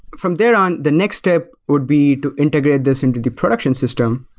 from there on, the next step would be to integrate this into the production system,